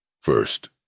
First